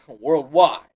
Worldwide